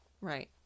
right